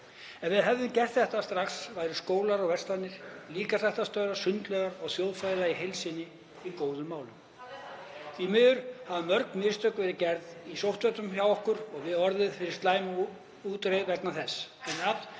Ef við hefðum gert þetta strax væru skólar og verslanir, líkamsræktarstöðvar og sundlaugar og þjóðfélagið í heild sinni í góðum málum. Því miður hafa mörg mistök verið gerð í sóttvörnum hjá okkur og við fengið slæma útreið vegna þess,